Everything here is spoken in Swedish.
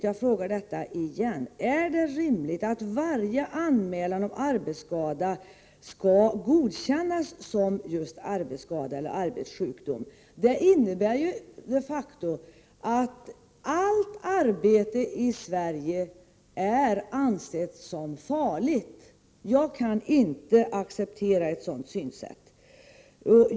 Jag frågar återigen: Är det rimligt att varje anmälan om arbetsskada skall godkännas som just arbetsskada eller arbetssjukdom? Det innebär de facto att allt arbete i Sverige anses som farligt. Jag kan inte acceptera ett sådant synsätt.